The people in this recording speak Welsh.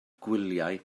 gwyliau